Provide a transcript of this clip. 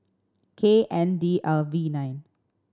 K N D L V nine